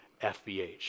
FBH